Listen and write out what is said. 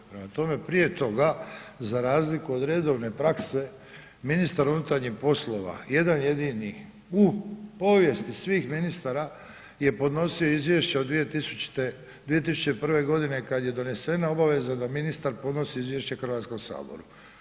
Prema tome, prije toga za razliku od redovne prakse ministar unutarnjih poslova jedan jedini u povijesti svih ministara je podnosio izvješće od 2001. godine kada je donesena obaveza da ministar podnosi izvješće Hrvatskom saboru.